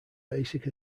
basic